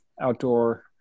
outdoor